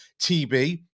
TB